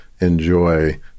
enjoy